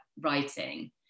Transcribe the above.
writing